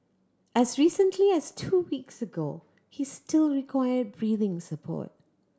as recently as two weeks ago he still required breathing support